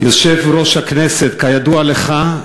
יושב-ראש הכנסת, כידוע לך,